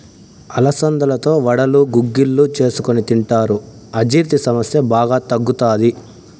అలసందలతో వడలు, గుగ్గిళ్ళు చేసుకొని తింటారు, అజీర్తి సమస్య బాగా తగ్గుతాది